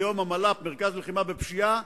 היום המל"פ, מרכז לחימה בפשיעה,